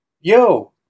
yo